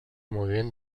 moviment